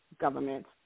government